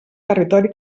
territori